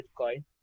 Bitcoin